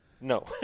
No